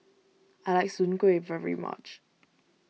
I like Soon Kway very much